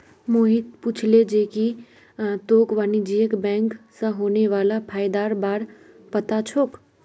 मोहित पूछले जे की तोक वाणिज्यिक बैंक स होने वाला फयदार बार पता छोक